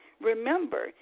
Remember